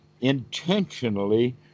intentionally